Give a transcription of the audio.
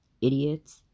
idiots